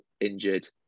injured